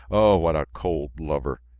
o what a cold lover!